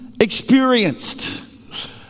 experienced